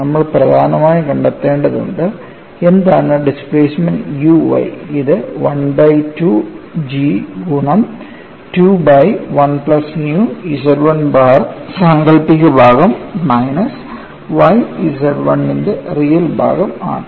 നമ്മൾ പ്രധാനമായും കണ്ടെത്തേണ്ടതുണ്ട് എന്താണ് ഡിസ്പ്ലേസ്മെൻറ് u y അത് 1 ബൈ 2 G ഗുണം 2 by 1 plus nu Z 1 bar സാങ്കല്പിക ഭാഗം മൈനസ് y Z 1 ന്റെ റിയൽഭാഗം ആണ്